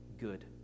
good